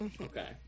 Okay